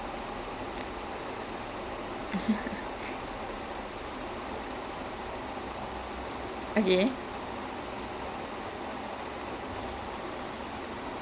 it's it's amazingly silly okay it's nothing has no plot or anything but then when you're watching it it's just will smith's charisma that's working